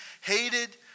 hated